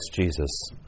Jesus